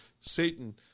Satan